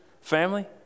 family